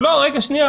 רגע, שניה.